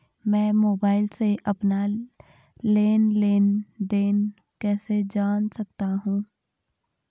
मैं मोबाइल से अपना लेन लेन देन कैसे जान सकता हूँ?